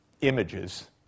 images